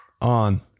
on